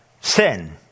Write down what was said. sin